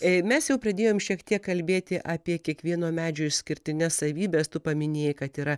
a mes jau pradėjome šiek tiek kalbėti apie kiekvieno medžio išskirtines savybes tu paminėjai kad yra